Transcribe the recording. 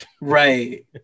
Right